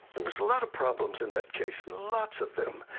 there was a lot of problems in that case, lots of